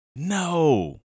No